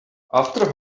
after